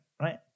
right